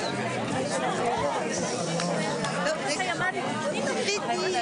ננעלה בשעה 12:30.